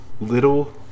little